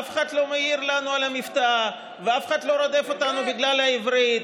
אף אחד לא מעיר לנו על המבטא ואף אחד לא רודף אותנו בגלל העברית.